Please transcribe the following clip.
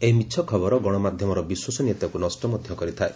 ଏହି ମିଛ ଖବର ଗଣମାଧ୍ୟମର ବିଶ୍ୱସନୀୟତାକୁ ନଷ ମଧ୍ୟ କରିଥାଏ